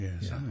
Yes